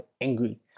angry